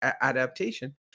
adaptation